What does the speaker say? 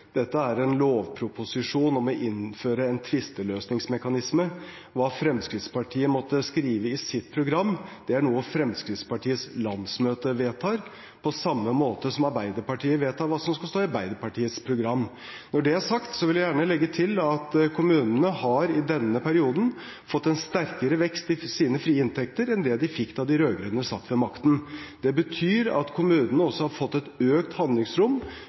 Dette er en lovproposisjon om å innføre en tvisteløsningsmekanisme. Hva Fremskrittspartiet måtte skrive i sitt program, er noe Fremskrittspartiets landsmøte vedtar, på samme måte som Arbeiderpartiet vedtar hva som skal stå i Arbeiderpartiets program. Når det er sagt, vil jeg gjerne legge til at kommunene har i denne perioden fått en sterkere vekst i sine frie inntekter enn det de fikk da de rød-grønne satt ved makten. Det betyr at kommunene også har fått et økt handlingsrom,